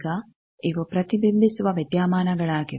ಈಗ ಇವು ಪ್ರತಿಬಿಂಬಿಸುವ ವಿದ್ಯಮಾನಗಳಾಗಿವೆ